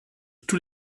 tous